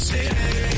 City